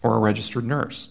or a registered nurse